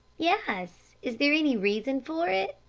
yes is there any reason for it?